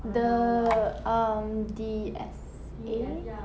the um D_S_A